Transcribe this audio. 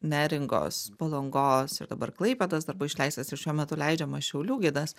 neringos palangos ir dabar klaipėdos dar buvo išleistas ir šiuo metu leidžiamas šiaulių gidas